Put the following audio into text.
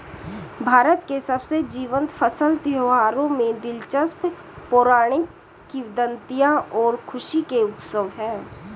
भारत के सबसे जीवंत फसल त्योहारों में दिलचस्प पौराणिक किंवदंतियां और खुशी के उत्सव है